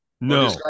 No